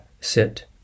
sit